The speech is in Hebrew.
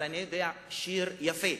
אבל אני יודע שיר יפה.